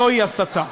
זוהי הסתה.